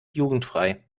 jugendfrei